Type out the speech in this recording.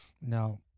Now